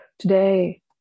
Today